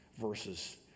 verses